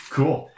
Cool